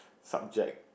subject